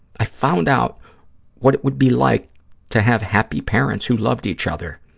i found out what it would be like to have happy parents who loved each other,